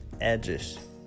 edges